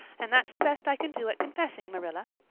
and that's the best i can do at confessing, marilla.